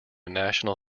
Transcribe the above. national